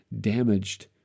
damaged